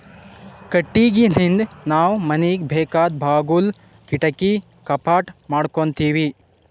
ಕಟ್ಟಿಗಿನಿಂದ್ ನಾವ್ ಮನಿಗ್ ಬೇಕಾದ್ ಬಾಗುಲ್ ಕಿಡಕಿ ಕಪಾಟ್ ಮಾಡಕೋತೀವಿ